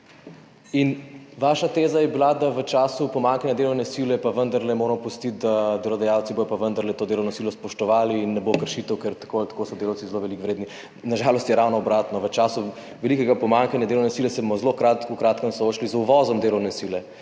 In vaša teza je bila, da moramo v času pomanjkanja delovne sile vendarle pustiti, da bodo delodajalci to delovno silo spoštovali in ne bo kršitev, ker tako ali tako so delavci zelo veliko vredni. Na žalost je ravno obratno. V času velikega pomanjkanja delovne sile se bomo zelo v kratkem soočili z uvozom delovne sile